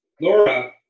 Laura